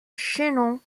chaînon